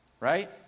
Right